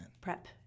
prep